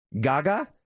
Gaga